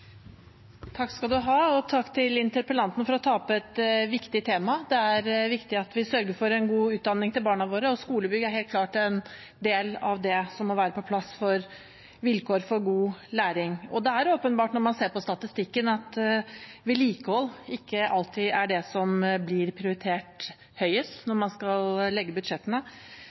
Takk til interpellanten for å ta opp et viktig tema. Det er viktig at vi sørger for en god utdanning for barna våre, og skolebygg er helt klart en del av det som må være på plass som vilkår for god læring. Det er åpenbart, når man ser på statistikken, at vedlikehold ikke alltid prioriteres høyest når man skal legge budsjettene,